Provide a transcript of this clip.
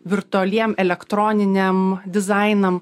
virtualiem elektroniniam dizainam